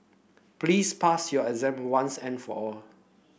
please pass your exam once and for all